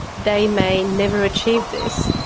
they may never achieve this,